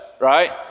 right